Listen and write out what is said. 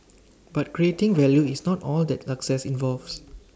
but creating value is not all that success involves